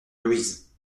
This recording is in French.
louise